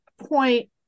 point